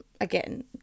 again